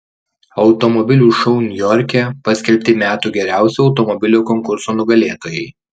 automobilių šou niujorke paskelbti metų geriausio automobilio konkurso nugalėtojai